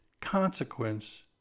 consequence